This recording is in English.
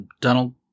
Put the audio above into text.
Donald